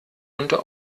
unter